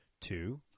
Two